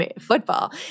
football